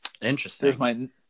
Interesting